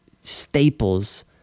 staples